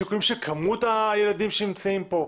שיקולים של כמות הילדים שנמצאים פה?